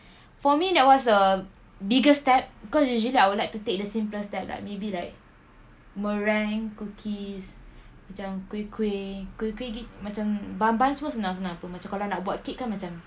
for me that was a biggest step cause usually I will like to take the simpler step like maybe like meringue cookies macam kuih-kuih kuih-kuih tu macam bahan-bahan semua senang-senang macam kalau nak buat kek kan macam